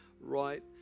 right